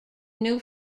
new